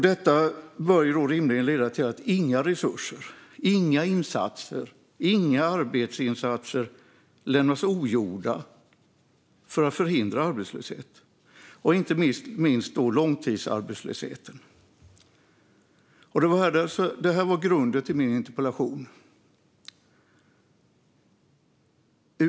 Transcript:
Detta bör rimligen leda till att inga resurser eller insatser lämnas ogjorda för att förhindra arbetslöshet, inte minst långtidsarbetslöshet. Detta var grunden till min interpellation.